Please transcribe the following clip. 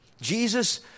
Jesus